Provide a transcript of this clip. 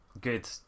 Good